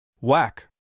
Whack